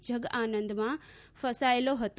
જગઆનંદમાં ફસાયેલો હતો